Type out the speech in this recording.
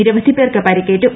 നിരവധി പേർക്ക് പരിക്കേറ്റു